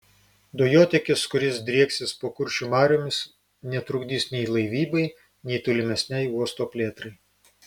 dujotiekis kuris drieksis po kuršių mariomis netrukdys nei laivybai nei tolimesnei uosto plėtrai